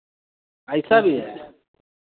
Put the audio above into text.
ऐसा भी है